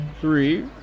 three